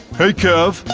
hey, kev!